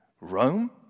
Rome